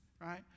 right